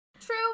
True